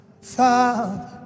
Father